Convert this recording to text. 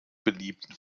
belieben